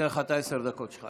אתן לך את עשר הדקות שלך.